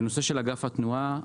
בנושא של אגף התנועה,